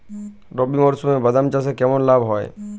রবি মরশুমে বাদাম চাষে কেমন লাভ হয়?